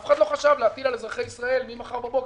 אף אחד לא חשב להטיל על אזרחי ישראל ממחר בבוקר